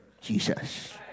Jesus